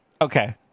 Okay